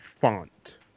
Font